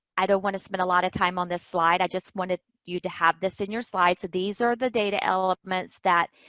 i don't want to spend a lot of time on this slide. i just wanted you to have this in your slide. so, these are the data elements that,